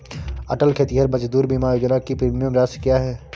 अटल खेतिहर मजदूर बीमा योजना की प्रीमियम राशि क्या है?